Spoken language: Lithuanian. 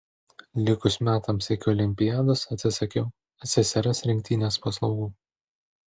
likus metams iki olimpiados atsisakiau ssrs rinktinės paslaugų